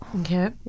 Okay